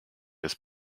des